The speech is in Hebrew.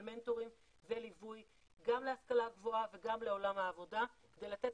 מנטורים וליווי גם להשכלה הגבוהה וגם לעולם העבודה כדי לתת